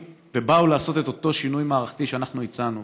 ובאו לעשות את אותו שינוי מערכתי שאנחנו הצענו.